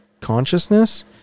consciousness